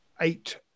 eight